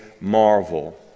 marvel